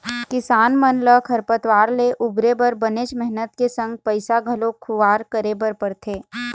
किसान मन ल खरपतवार ले उबरे बर बनेच मेहनत के संग पइसा घलोक खुवार करे बर परथे